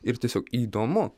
ir tiesiog įdomu